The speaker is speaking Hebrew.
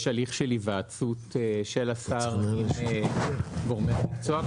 יש הליך של היוועצות של השר עם גורמי המקצוע?